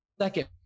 second